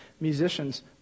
Musicians